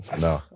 No